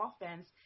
offense